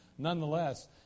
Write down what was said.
Nonetheless